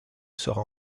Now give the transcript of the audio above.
sera